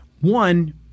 one